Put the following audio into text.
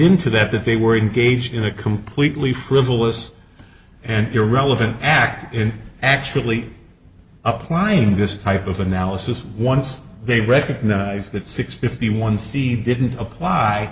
into that that they were engaged in a completely frivolous and your relevant act in actually applying this type of analysis once they recognized that six fifty one see the didn't apply